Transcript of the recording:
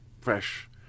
fresh